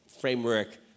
framework